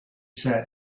said